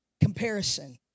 Comparison